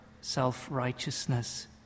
self-righteousness